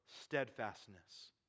steadfastness